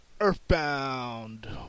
Earthbound